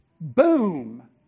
boom